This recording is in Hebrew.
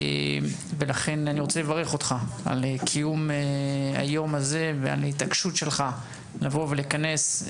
ולכן אני רוצה לברך אותך על קיום היום הזה ועל ההתעקשות שלך לבוא ולכנס,